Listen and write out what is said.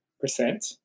percent